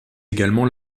également